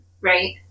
Right